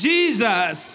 Jesus